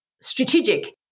strategic